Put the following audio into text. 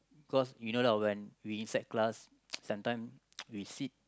cause you know lah when we inside class sometime we sit